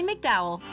McDowell